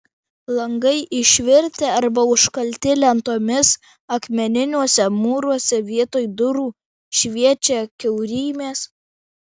langai išvirtę arba užkalti lentomis akmeniniuose mūruose vietoj durų šviečia kiaurymės